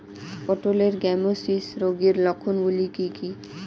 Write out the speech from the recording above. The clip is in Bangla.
পটলের গ্যামোসিস রোগের লক্ষণগুলি কী কী?